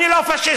אני לא פאשיסט,